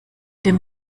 dem